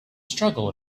struggle